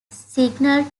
signaled